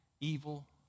evil